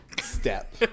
Step